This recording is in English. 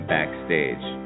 Backstage